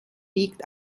liegt